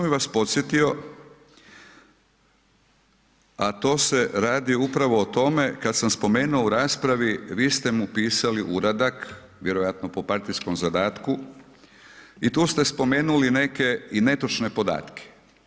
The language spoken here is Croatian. Samo bih vas podsjetio, a to se radi upravo o tome kad sam spomenuo u raspravi vi ste mu pisali uradak, vjerojatno po partijskom zadatku i tu ste spomenuli neke i netočne podatke.